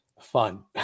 fun